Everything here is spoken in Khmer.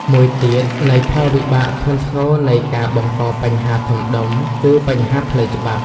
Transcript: មួយទៀតនៃផលវិបាកធ្ងន់ធ្ងរនៃការបង្កបញ្ហាធំដុំ គឺបញ្ហាផ្លូវច្បាប់។